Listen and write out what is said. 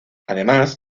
además